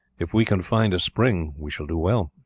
if we can find a spring we shall do well.